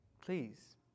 please